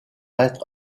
être